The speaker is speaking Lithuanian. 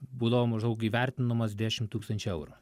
būdavo maždaug įvertinamas dešim tūkstančių eurų